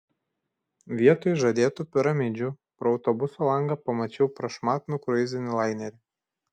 vietoj žadėtų piramidžių pro autobuso langą pamačiau prašmatnų kruizinį lainerį